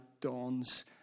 dawns